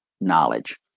knowledge